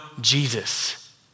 Jesus